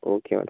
okay madam